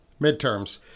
Midterms